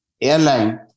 airline